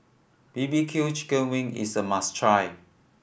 B B Q chicken wing is a must try